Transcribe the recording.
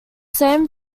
same